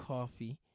Coffee